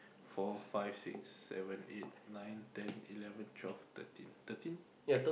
four five six seven eight nine ten eleven twelve thirteen thirteen